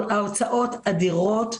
ההוצאות אדירות.